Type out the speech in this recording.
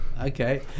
okay